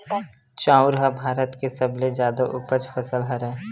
चाँउर ह भारत के सबले जादा उपज फसल हरय